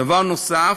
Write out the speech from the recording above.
דבר נוסף,